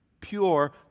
pure